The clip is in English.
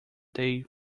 they